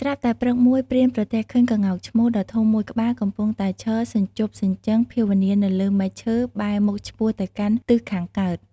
ស្រាប់តែព្រឹកមួយព្រានប្រទះឃើញក្ងោកឈ្មោលដ៏ធំមួយក្បាលកំពុងតែឈរសញ្ជប់សញ្ជឹងភាវនានៅលើមែកឈើបែរមុខឆ្ពោះទៅកាន់ទិសខាងកើត។